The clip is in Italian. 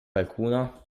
qualcuno